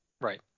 Right